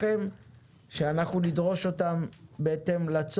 לקהל שעדיין צריך את השירות אנחנו נבטיח שיישמרו